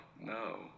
no